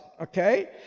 okay